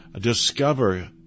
discover